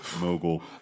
mogul